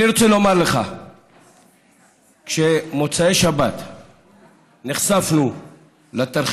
אני רוצה לומר לך שבמוצאי שבת נחשפנו לתרחישים,